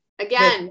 again